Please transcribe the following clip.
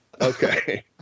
Okay